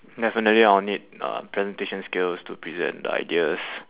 definitely I'll need uh presentation skills to present the ideas